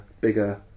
bigger